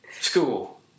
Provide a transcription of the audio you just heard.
school